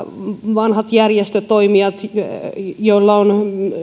vanhat järjestötoimijat joilla on